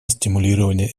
стимулирования